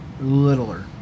Littler